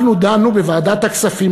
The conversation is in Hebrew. אנחנו דנו בוועדת הכספים,